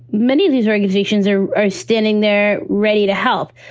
many of these organizations are are standing there ready to help,